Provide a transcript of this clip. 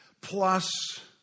plus